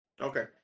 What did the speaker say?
Okay